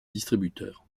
distributeur